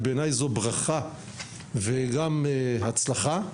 ובעיניי זאת ברכה וגם הצלחה.